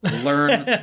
learn